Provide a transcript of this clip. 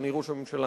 אדוני ראש הממשלה,